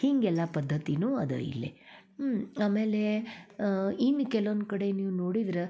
ಹೀಗೆಲ್ಲ ಪದ್ದತಿಯೂ ಅದ ಇಲ್ಲಿ ಆಮೇಲೆ ಇನ್ನು ಕೆಲ್ವೊಂದು ಕಡೆ ನೀವು ನೋಡಿದ್ರೆ